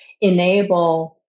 enable